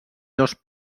dos